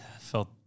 felt